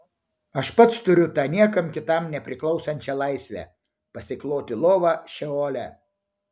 aš pats turiu tą niekam kitam nepriklausančią laisvę pasikloti lovą šeole